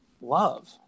love